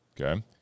Okay